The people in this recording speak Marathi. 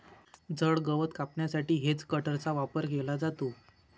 जड गवत कापण्यासाठी हेजकटरचा वापर केला जातो